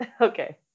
Okay